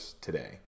today